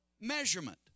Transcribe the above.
Measurement